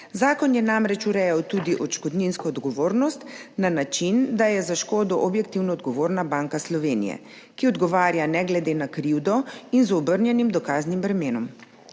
Zakon je namreč urejal tudi odškodninsko odgovornost na način, da je za škodo objektivno odgovorna Banka Slovenije, ki odgovarja ne glede na krivdo in z obrnjenim dokaznim bremenom.